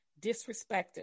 disrespected